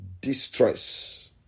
distress